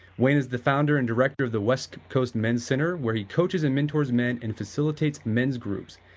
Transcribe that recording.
wayne is the founder and director of the west coast men center, where he coaches and mentors men and facilitates men's groups.